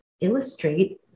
illustrate